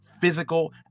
physical